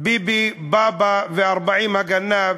ביבי בבא ו-40 הגנבים,